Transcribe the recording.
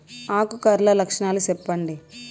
ఆకు కర్ల లక్షణాలు సెప్పండి